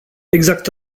exact